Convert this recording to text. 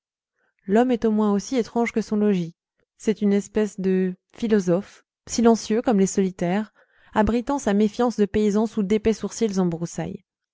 l'homme est au moins aussi étrange que son logis c'est une espèce de philosophe silencieux comme les solitaires abritant sa méfiance de paysan sous d'épais sourcils en broussailles